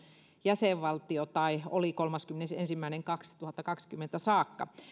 jäsenvaltio kolmaskymmenesensimmäinen ensimmäistä kaksituhattakaksikymmentä saakka